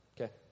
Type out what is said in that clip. Okay